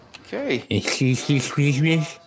Okay